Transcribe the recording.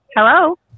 Hello